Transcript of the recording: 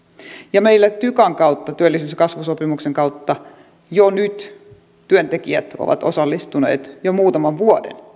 ja meillä tykan kautta työllisyys ja kasvusopimuksen kautta työntekijät ovat osallistuneet jo nyt muutaman vuoden